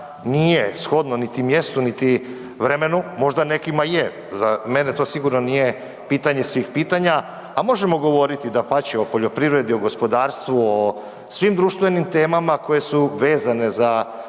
nije shodno niti mjestu, niti vremenu, možda nekima je, za mene to sigurno nije pitanje svih pitanja, a možemo govoriti dapače o poljoprivredi, o gospodarstvu, o svim društvenim temama koje su vezane za